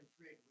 Great